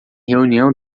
reunião